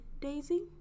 Daisy